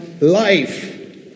life